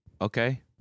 Okay